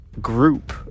group